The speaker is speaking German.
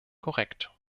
korrekt